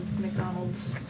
McDonald's